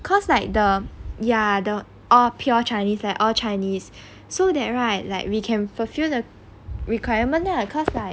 cause like the ya the all pure chinese like all chinese so that right like we can fulfil the requirement lah